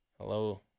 Hello